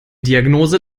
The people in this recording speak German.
diagnose